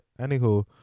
anywho